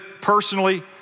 personally